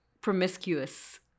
promiscuous